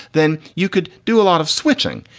then you could do a lot of switching.